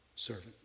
servant